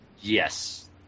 yes